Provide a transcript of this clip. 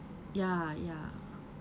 ya ya